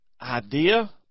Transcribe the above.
idea